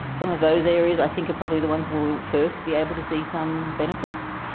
some of those areas i think are probably the ones we'll we'll first be able to see some benefits.